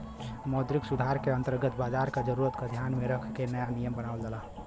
मौद्रिक सुधार के अंतर्गत बाजार क जरूरत क ध्यान में रख के नया नियम बनावल जाला